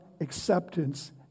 acceptance